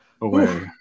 away